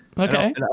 Okay